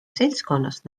seltskonnas